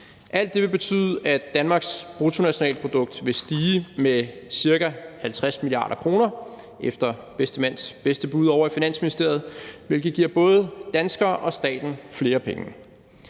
Alt det vil betyde, at Danmarks bruttonationalprodukt vil stige med ca. 50 mia. kr., efter bedste mands bedste bud ovre i Finansministeriet, hvilket giver både danskerne og staten flere penge.